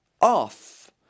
off